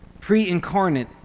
pre-incarnate